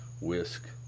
Whisk